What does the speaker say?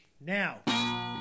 now